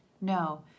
No